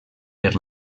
per